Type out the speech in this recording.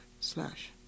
slash